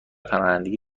پناهندگی